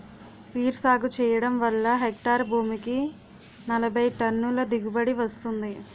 peer సాగు చెయ్యడం వల్ల హెక్టారు భూమికి నలబైటన్నుల దిగుబడీ వస్తుంది